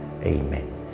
Amen